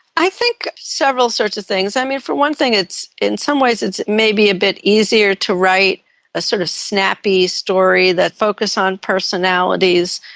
i think several sorts of things, i mean, for one thing in some ways it's maybe a bit easier to write a sort of snappy story that focuses on personalities,